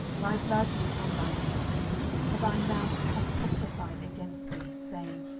thy blood be upon thy head for thy mouth hath testified against thee, saying,